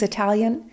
Italian